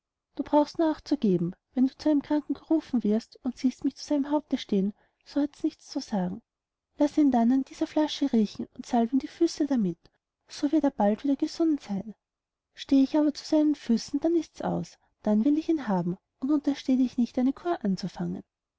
du brauchst nur acht zu geben wenn du zu einem kranken gerufen wirst und du siehst mich zu seinem haupte stehen so hats nichts zu sagen laß ihn dann an dieser flasche riechen und salb ihm die füße damit so wird er bald wieder gesund seyn steh ich aber zu den füßen dann ists aus dann will ich ihn haben und untersteh dich nicht eine cur anzufangen